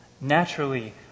Naturally